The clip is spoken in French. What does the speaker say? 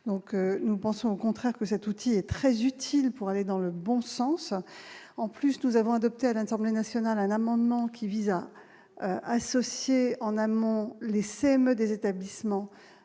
donc nous pensons au contraire que cet outil est très utile pour aller dans le bon sens, en plus, nous avons adopté à l'international, un amendement qui vise à associer en amont, laissez-moi des établissements